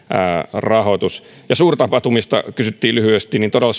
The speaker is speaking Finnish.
rahoitus suurtapahtumista kysyttiin lyhyesti suurtapahtumastrategia todella